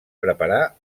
preparar